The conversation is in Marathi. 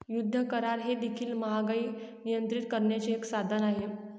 युद्ध करार हे देखील महागाई नियंत्रित करण्याचे एक साधन आहे